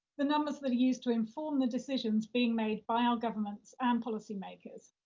the numbers that are used to inform the decisions being made by our governments and policymakers.